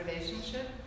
relationship